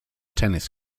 tennis